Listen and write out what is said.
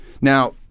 now